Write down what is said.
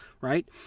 right